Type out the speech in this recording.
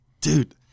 Dude